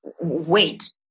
wait